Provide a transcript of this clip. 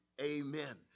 Amen